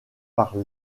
par